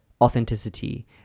authenticity